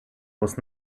was